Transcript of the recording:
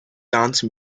dance